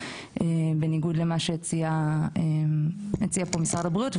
בניגוד למה שהציע פה משרד הבריאות.